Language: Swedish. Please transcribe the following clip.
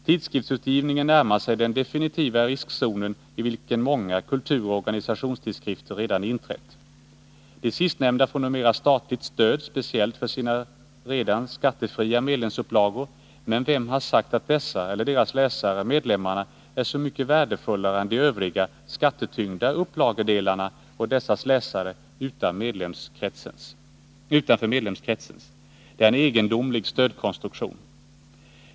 Tidskriftsutgivningen närmar sig den definitiva riskzonen, i vilken många kulturoch organisationstidskrifter redan inträtt. De sistnämnda får numera statligt stöd speciellt för sina redan skattefria medlemsupplagor. Men vem har sagt att dessa eller deras läsare, medlemmarna, är så mycket värdefullare än de övriga, skattetyngda upplagedelarna och dessas läsare, som inte tillhör medlemskretsen? Det är en egendomlig stödkonstruktion.